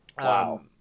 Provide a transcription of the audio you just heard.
wow